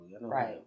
Right